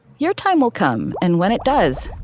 your time will come. and when it does,